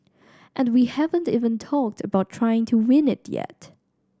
and we haven't even talked about trying to win it yet